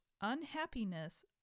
unhappiness